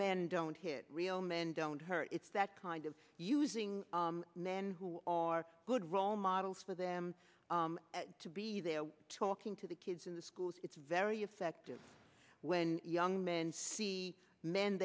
men don't hit real men don't hurt it's that kind of using men who are good role models for them to be there talking to the kids in the schools it's very effective when young men see men